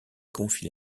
confie